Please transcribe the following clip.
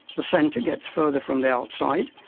the centre gets further from the outside,